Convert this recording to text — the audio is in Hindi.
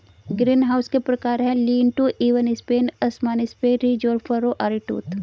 ग्रीनहाउस के प्रकार है, लीन टू, इवन स्पेन, असमान स्पेन, रिज और फरो, आरीटूथ